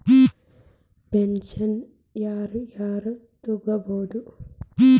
Pension ಯಾರ್ ಯಾರ್ ತೊಗೋಬೋದು?